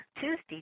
Tuesday